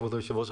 כבוד היושב-ראש,